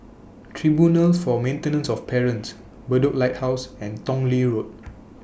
Tribunal For Maintenance of Parents Bedok Lighthouse and Tong Lee Road